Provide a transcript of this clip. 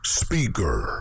speaker